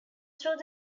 through